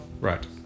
right